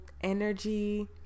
energy